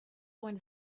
going